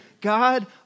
God